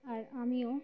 আর আমিও